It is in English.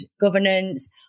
governance